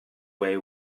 way